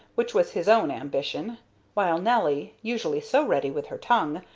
which was his own ambition while nelly, usually so ready with her tongue,